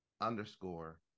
underscore